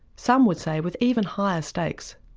some would say with even higher stakes.